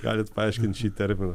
galit paaiškint šį terminą